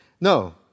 No